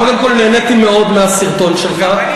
קודם כול נהניתי מאוד מהסרטון שלך.